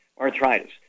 arthritis